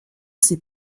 ses